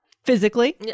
Physically